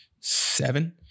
seven